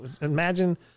imagine